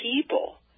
people